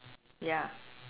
ya